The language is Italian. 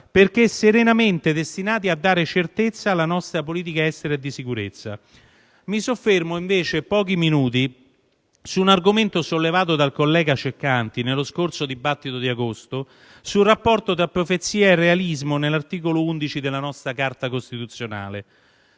perché serenamente destinati a dare certezza alla nostra politica estera e di sicurezza. Mi soffermo invece pochi minuti su un argomento sollevato dal collega Ceccanti nello scorso dibattito di agosto, sul rapporto tra profezia e realismo nell'articolo 11 della nostra Carta costituzionale.